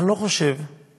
אני לא חושב שאנחנו